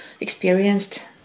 experienced